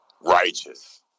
Righteous